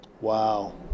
Wow